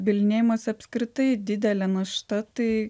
bylinėjimosi apskritai didelė našta tai